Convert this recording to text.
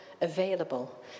available